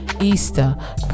Easter